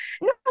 No